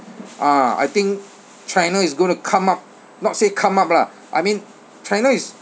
ah I think china is going to come up not say come up lah I mean china is